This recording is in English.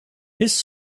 his